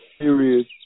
serious